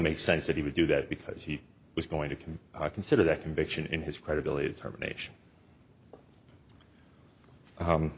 makes sense that he would do that because he was going to commit i consider that conviction in his credibility termination